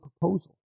proposal